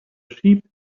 sheep